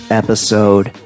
episode